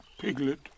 Piglet